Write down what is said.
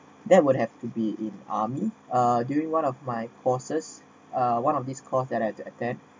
that would have to be in army uh during one of my courses uh one of these course that I had to attend